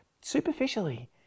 superficially